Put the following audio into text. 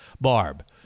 Barb